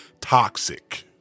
toxic